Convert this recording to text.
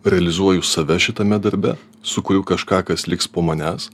realizuoju save šitame darbe sukuriu kažką kas liks po manęs